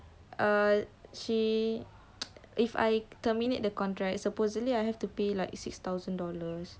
err she if I terminate the contract supposingly I have to pay like six thousand dollars